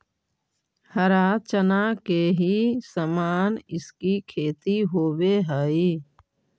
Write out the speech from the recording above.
हरा चना के ही समान इसकी खेती होवे हई